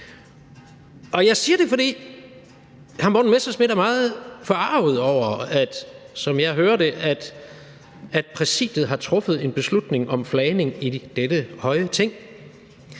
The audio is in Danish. Jeg siger det, fordi hr. Morten Messerschmidt, som jeg hører det, er meget forarget over, at Præsidiet har truffet en beslutning om flagning i dette høje Ting.